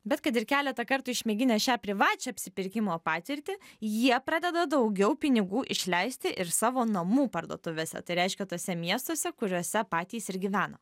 bet kad ir keletą kartų išmėginę šią privačią apsipirkimo patirtį jie pradeda daugiau pinigų išleisti ir savo namų parduotuvėse tai reiškia tuose miestuose kuriuose patys ir gyveno